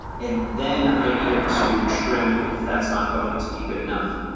and then i need it to trim, if that's not going to be good enough,